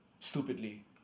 Stupidly